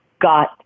got